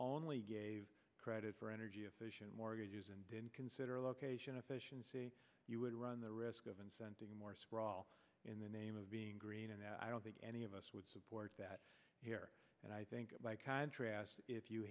lee gave credit for energy efficient mortgages and didn't consider location efficiency you would run the risk of incenting more sprawl in the name of being green and i don't think any of us would support that here and i think by contrast if you